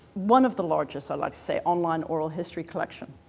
one of the largest, i'd like to say, online oral history collection